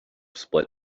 split